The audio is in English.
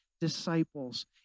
disciples